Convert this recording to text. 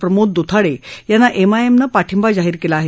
प्रमोद दुथाडे यांना एमआयएमनं पाठिंबा जाहीर केला आहे